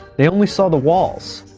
they only saw the walls.